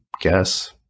guess